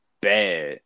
bad